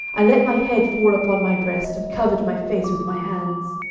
i let my head fall upon my breast and covered my face with my hands.